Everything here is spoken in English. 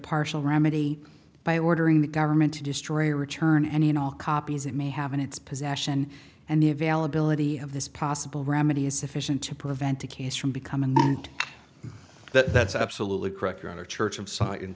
partial remedy by ordering the government to destroy return any and all copies it may have in its possession and the availability of this possible remedies sufficient to prevent a case from becoming that that's absolutely correct your honor church of s